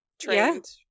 trained